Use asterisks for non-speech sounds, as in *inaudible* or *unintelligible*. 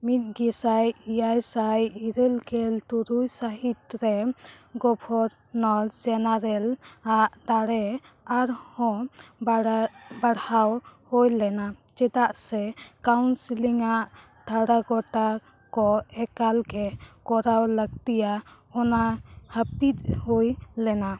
ᱢᱤᱫ ᱜᱮᱥᱟᱭ ᱮᱭᱟᱭ ᱥᱟᱭ ᱤᱨᱟᱹᱞ ᱜᱮᱞ ᱛᱩᱨᱩᱭ ᱥᱟᱹᱦᱤᱛ ᱨᱮ ᱜᱚᱵᱷᱚᱨᱱᱚᱨ ᱡᱮᱱᱟᱨᱮᱞ ᱟᱜ ᱫᱟᱲᱮ ᱟᱨᱦᱚᱸ *unintelligible* ᱵᱟᱲᱦᱟᱣ ᱦᱩᱭ ᱞᱮᱱᱟ ᱪᱮᱫᱟᱜ ᱥᱮ ᱠᱟᱣᱩᱱᱥᱤᱞ ᱟᱜ ᱴᱷᱟᱲᱚ ᱜᱚᱴᱟ ᱠᱚ ᱮᱠᱟᱞ ᱜᱮ ᱠᱚᱨᱟᱣ ᱞᱟᱹᱠᱛᱤᱭᱟ ᱚᱱᱟ ᱦᱟᱹᱯᱤᱫ ᱦᱩᱭ ᱞᱮᱱᱟ